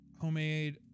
homemade